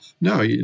No